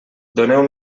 doneu